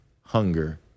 hunger